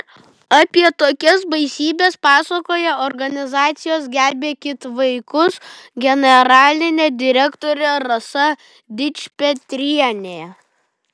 apie tokias baisybes pasakoja organizacijos gelbėkit vaikus generalinė direktorė rasa dičpetrienė